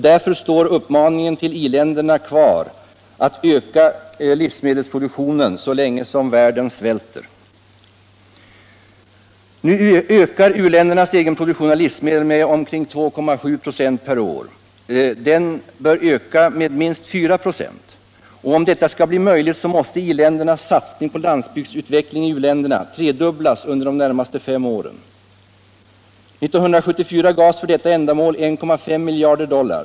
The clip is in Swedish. Därför står uppmaningen till i-länderna fast: Öka er livsmedelsproduktion så länge världen svälter! U-ländernas egen produktion av livsmedel ökar f.n. med omkring 2,7 "6 om året. Den bör öka med minst 4 24. Skall detta bli möjligt, måste i-ländernas satsning på jordbruksutveckling i u-länderna tredubblas under de närmaste fem åren. 1974 gavs för detta ändamål 1,5 miljarder dollar.